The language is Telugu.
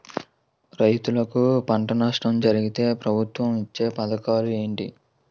రైతులుకి పంట నష్టం జరిగితే ప్రభుత్వం ఇచ్చా పథకాలు ఏంటి?